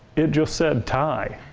it just said ty.